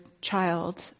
child